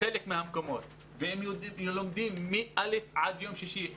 מהמקומות שישה ימים והם לומדים מיום ראשון עד יום שישי.